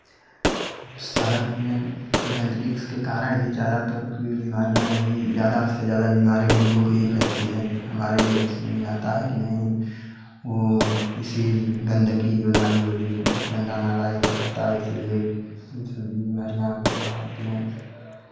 शहर में गंदगी के कारण ही ज़्यादातर की बीमारियाँ यही ज़्यादा से ज़्यादा बीमारी डेंगू की ही फैलती है हमारे समझ में आता है कि नहीं वो इसी गंदगी की जो नाली ओली गंदा नाला ये सब रहता है इसीलिए ये सब भी बीमारियाँ बढ़ती हैं